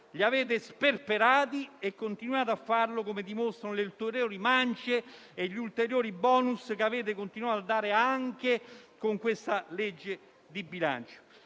Li avete sperperati e continuate a farlo, come dimostrano le ulteriori mance e *bonus* che continuate a dare anche con questa manovra di bilancio.